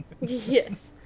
Yes